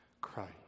Christ